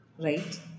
right